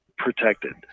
protected